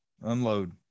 unload